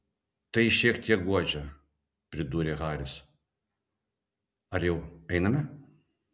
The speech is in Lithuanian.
tai šiek tiek guodžia pridūrė haris ar jau einame